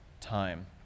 time